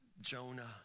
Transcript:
Jonah